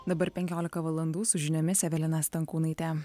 dabar penkiolika valandų su žiniomis evelina stankūnaitė